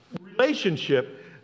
relationship